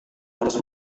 harus